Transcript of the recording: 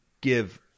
give